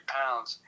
pounds